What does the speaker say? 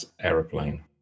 aeroplane